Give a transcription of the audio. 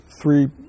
three